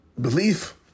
Belief